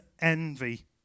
envy